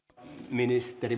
ministeri